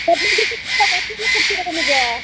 ಪ್ರತಿದಿವ್ಸ ನಮಗೆ